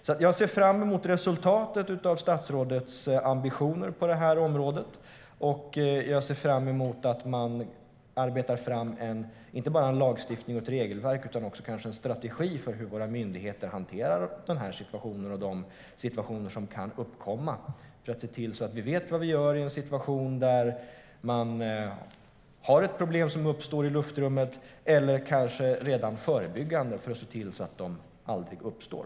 Jag ser alltså fram emot resultatet av statsrådets ambitioner på området, och jag ser fram emot att man arbetar fram inte bara en lagstiftning och ett regelverk utan kanske även en strategi för hur våra myndigheter hanterar de här situationerna - samt de situationer som kan uppkomma. Det handlar om att se till att vi vet vad vi gör i en situation där man har ett problem som uppstår i luftrummet, eller kanske om att arbeta förebyggande för att se till att situationerna aldrig uppstår.